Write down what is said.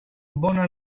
bonne